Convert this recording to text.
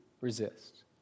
resist